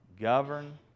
govern